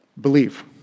Believe